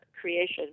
creation